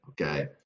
okay